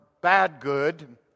bad-good